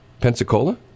Pensacola